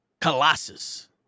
Colossus